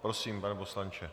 Prosím, pane poslanče.